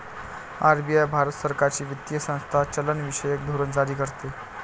RBI Bharat सरकारची वित्तीय संस्था चलनविषयक धोरण जारी करते